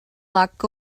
lack